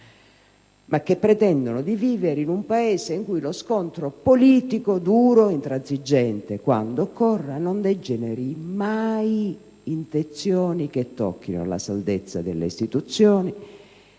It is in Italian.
ma che pretendono di vivere in un Paese in cui lo scontro politico, duro e intransigente quando occorre, non degeneri mai in tensioni che tocchino la saldezza delle istituzioni